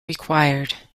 required